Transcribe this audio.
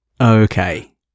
okay